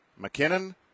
McKinnon